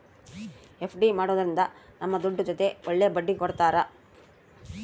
FD ಮಾಡೋದ್ರಿಂದ ನಮ್ ದುಡ್ಡು ಜೊತೆ ಒಳ್ಳೆ ಬಡ್ಡಿ ಕೊಡ್ತಾರ